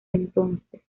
entonces